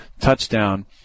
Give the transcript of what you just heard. touchdown